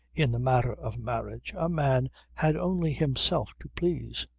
in the matter of marriage a man had only himself to please.